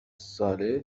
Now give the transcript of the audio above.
ساله